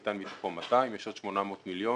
ניתנו מתוכו 200 מיליון ויש עוד 800 מיליון